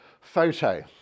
photo